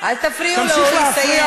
אל תפריעו לו, הוא יסיים.